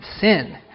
sin